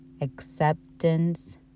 acceptance